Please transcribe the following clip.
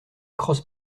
crosse